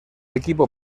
equipo